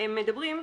הם מדברים,